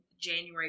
January